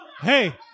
Hey